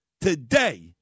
today